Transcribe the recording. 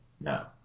No